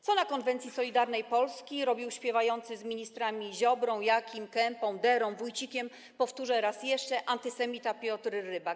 Co na konwencji Solidarnej Polski robił śpiewający z ministrami Ziobrą, Jakim, Kempą, Derą, Wójcikiem, powtórzę raz jeszcze, antysemita Piotr Rybak?